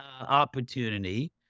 opportunity